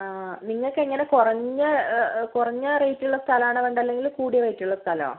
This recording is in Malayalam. ആ നിങ്ങൾക്ക് എങ്ങനെ കുറഞ്ഞ കുറഞ്ഞ റേറ്റ് ഉള്ള സ്ഥലമാണോ വേണ്ടത് അല്ലെങ്കിൽ കൂടിയ റേറ്റ് ഉള്ള സ്ഥലമോ